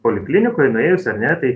poliklinikoj nuėjus ar ne tai